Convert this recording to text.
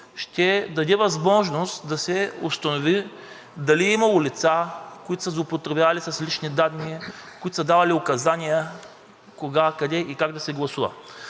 ще даде възможност да се установи дали е имало лица, които са злоупотребявали с лични данни, които са давали указания кога, къде и как да се гласува.